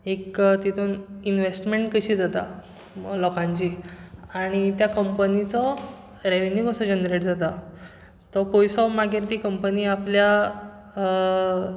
एक तेतून इंनवॅस्टमेंट कशी जाता वो लोकांची आनी त्या कंपनीचो रेवॅन्यू कसो जनरेट जाता तो पयसो मागीर ती कंपनी आपल्या